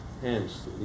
Hence